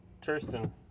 Tristan